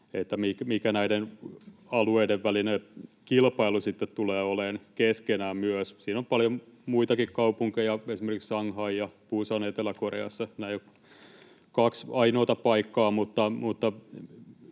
sillä, mikä näiden alueiden välinen kilpailu keskenään tulee olemaan, tulee olemaan sääntelyyn. Siinä on paljon muitakin kaupunkeja, esimerkiksi Shanghai ja Busan Etelä-Koreassa. Nämä eivät ole kaksi ainoata paikkaa,